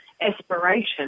aspiration